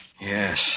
Yes